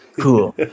Cool